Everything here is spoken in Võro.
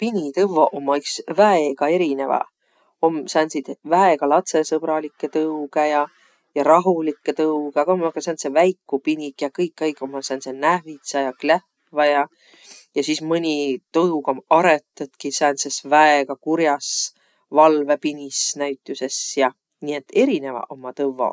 Pinitõvvoq ommaq iks väega erineväq. Om sääntsit väega latsõsõbralikkõ tõugõ ja rahulikkõ tõugõ, aga ommaq ka sääntseq väikuq piniq, kiä kõikaig ommaq sääntseq nähvidsäq ja klähvväq ja. Ja sis mõni tõug om arõtõtki sääntses väega kur'as valvõpinis näütüses ja. Nii et erineväq ommaq tõvvoq.